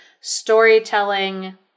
storytelling